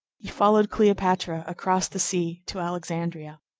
he followed cleopatra across the sea to alexandria.